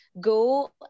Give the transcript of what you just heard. go